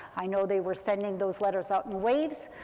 i know they were sending those letters out in waves,